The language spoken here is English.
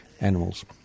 animals